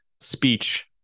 speech